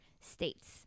states